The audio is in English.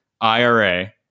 IRA